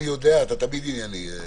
אתה תמיד ענייני.